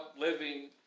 living